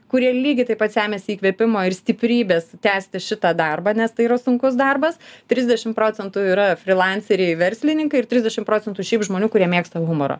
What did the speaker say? kurie lygiai taip pat semiasi įkvėpimo ir stiprybės tęsti šitą darbą nes tai yra sunkus darbas trisdešim procentų yra frilanseriai verslininkai ir trisdešim procentų šiaip žmonių kurie mėgsta humorą